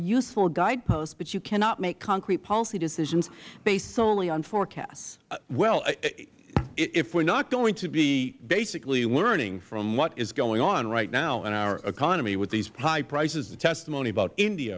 useful guideposts but you cannot make concrete policy decisions based solely on forecasts the chairman well if we are not going to be basically learning from what is going on right now in our economy with these high prices the testimony about india